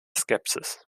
skepsis